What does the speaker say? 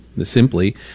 simply